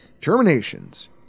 Terminations